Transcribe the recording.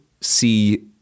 see